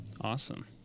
Awesome